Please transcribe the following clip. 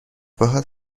باهات